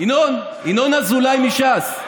ינון אזולאי מש"ס,